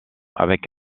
avec